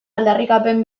aldarrikapen